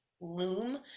loom